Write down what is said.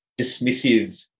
dismissive